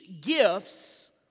gifts